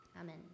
Amen